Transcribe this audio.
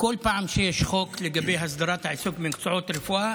כל פעם שיש חוק לגבי הסדרת העיסוק במקצועות הרפואה,